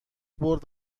برد